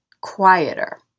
quieter